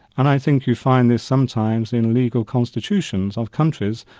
and i think you find this sometimes in legal constitutions of countries,